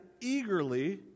eagerly